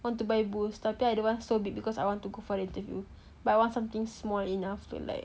want to buy boost tapi I don't want so big because I want to go for the interview but I want something small enough to like